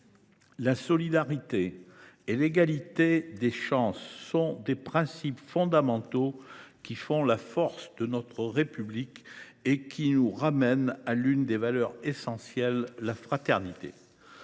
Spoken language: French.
La solidarité et l’égalité des chances sont des principes fondamentaux qui font la force de notre République et qui nous renvoient à l’une de nos valeurs essentielles : la fraternité.